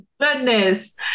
goodness